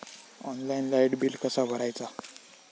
Online light bill कसा भरायचा?